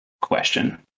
question